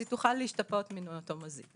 היא תוכל להשתפות מאותו מזיק.